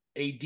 AD